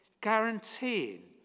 guaranteeing